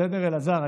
בסדר, אלעזר?